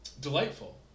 Delightful